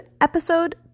episode